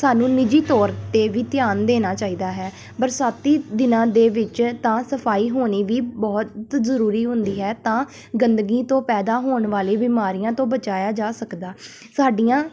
ਤੁਹਾਨੂੰ ਨਿੱਜੀ ਤੌਰ 'ਤੇ ਵੀ ਧਿਆਨ ਦੇਣਾ ਚਾਹੀਦਾ ਹੈ ਬਰਸਾਤੀ ਦਿਨਾਂ ਦੇ ਵਿੱਚ ਤਾਂ ਸਫਾਈ ਹੋਣੀ ਵੀ ਬਹੁਤ ਜ਼ਰੂਰੀ ਹੁੰਦੀ ਹੈ ਤਾਂ ਗੰਦਗੀ ਤੋਂ ਪੈਦਾ ਹੋਣ ਵਾਲੇ ਬਿਮਾਰੀਆਂ ਤੋਂ ਬਚਾਇਆ ਜਾ ਸਕਦਾ ਸਾਡੀਆਂ